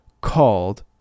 called